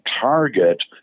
target –